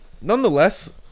nonetheless